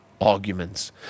arguments